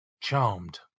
Charmed